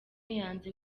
yanze